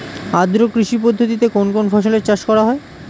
আদ্র কৃষি পদ্ধতিতে কোন কোন ফসলের চাষ করা হয়?